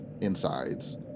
insides